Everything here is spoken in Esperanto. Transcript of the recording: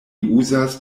uzas